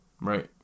right